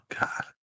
God